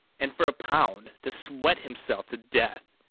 and for a pound to sweat himself to death.